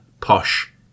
posh